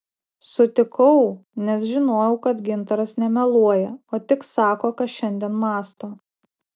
sutikau nes žinojau kad gintaras nemeluoja o tik sako ką šiandien mąsto